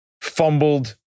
fumbled